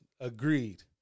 agreed